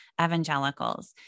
evangelicals